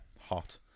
hot